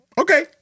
okay